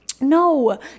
No